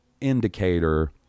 indicator